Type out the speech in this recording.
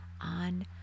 on